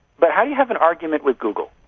but how do you have an argument with google?